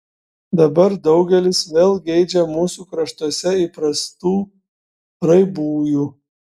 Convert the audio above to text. dabar daugelis vėl geidžia mūsų kraštuose įprastų raibųjų